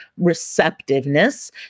receptiveness